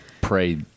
pray